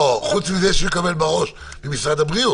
חוץ מזה שהוא יקבל בראש ממשרד הבריאות.